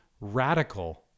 radical